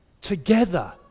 together